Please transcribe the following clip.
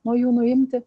nuo jų nuimti